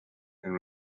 and